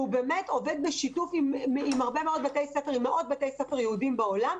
והוא עובד בשיתוף עם מאות בתי ספר יהודיים בעולם.